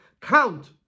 count